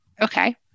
Okay